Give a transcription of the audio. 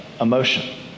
emotion